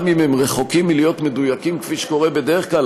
גם אם הם רחוקים מלהיות מדויקים כפי שקורה בדרך כלל,